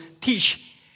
teach